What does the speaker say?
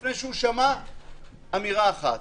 לפני ששמע מילה אחת.